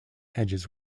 edges